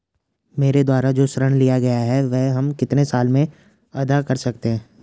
मेरे द्वारा जो ऋण लिया गया है वह हम कितने साल में अदा कर सकते हैं?